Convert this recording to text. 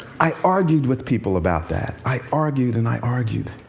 i argued with people about that, i argued and i argued.